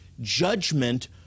judgment